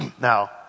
Now